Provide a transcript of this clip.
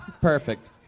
Perfect